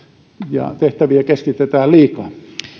ja tehtäviä keskitetään liikaa